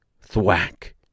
Thwack